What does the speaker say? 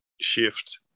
shift